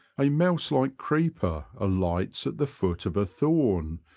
a mouse-like creeper alights at the foot of a thorn,